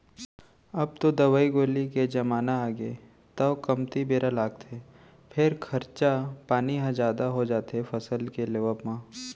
अब तो दवई गोली के जमाना आगे तौ कमती बेरा लागथे फेर खरचा पानी ह जादा हो जाथे फसल के लेवब म